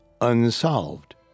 unsolved